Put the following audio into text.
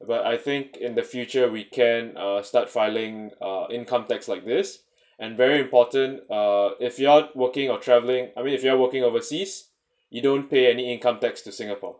but I think in the future we can uh start filing uh income tax like this and very important uh if you are working or travelling I mean if you are working overseas you don't pay any income tax to singapore